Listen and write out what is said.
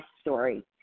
story